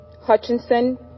Hutchinson